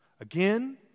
Again